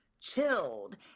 chilled